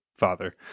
father